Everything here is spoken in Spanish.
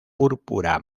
púrpura